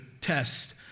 test